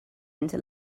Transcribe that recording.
into